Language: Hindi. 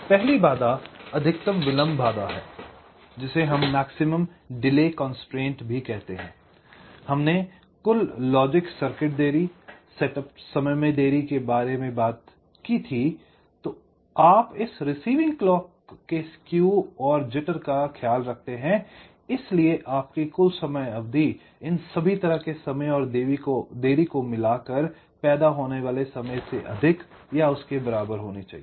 तो पहली बाधा अधिकतम विलंब बाधा है हमने कुल लॉजिक सर्किट देरी सेटअप समय में देरी के बारे में बात की थी तो आप इस रिसीविंग क्लॉक के स्केव और जिटर का ख्याल रखते हैं इस लिए आपकी कुल समय अवधि इन सभी तरह के समय और देरी को मिलाकर पैदा होने वाले समय से अधिक या बराबर होनी चाहिए